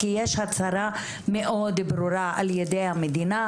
כי יש הצהרה מאוד ברורה על-ידי המדינה,